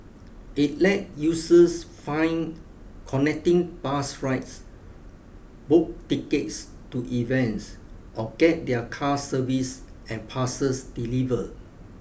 it let users find connecting bus rides book tickets to events or get their cars serviced and parcels delivered